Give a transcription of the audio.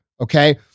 okay